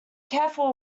careful